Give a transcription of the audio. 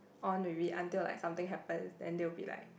on with it until like something happens then they'll be like